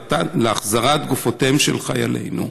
להחזרת גופותיהם של חיילינו?